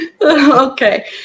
okay